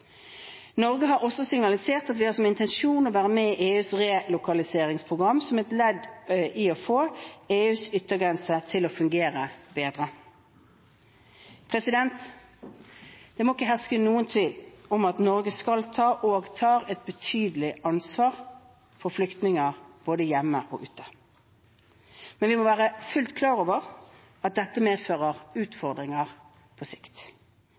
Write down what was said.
Norge har også signalisert at vi har som intensjon å være med i EUs relokaliseringsprogram, som et ledd i å få EUs yttergrenser til å fungere bedre. Det må ikke herske noen tvil om at Norge skal ta og tar et betydelig ansvar for flyktninger både hjemme og ute, men vi må være fullt klar over at dette medfører utfordringer på sikt.